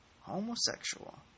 homosexual